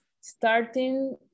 starting